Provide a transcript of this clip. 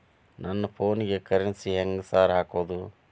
ನನ್ ಫೋನಿಗೆ ಕರೆನ್ಸಿ ಹೆಂಗ್ ಸಾರ್ ಹಾಕೋದ್?